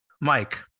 Mike